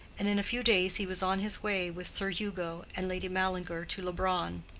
and in a few days he was on his way with sir hugo and lady mallinger to leubronn.